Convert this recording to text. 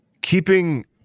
keeping